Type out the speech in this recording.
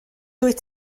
dwyt